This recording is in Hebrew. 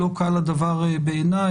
לא קל הדבר בעיניי,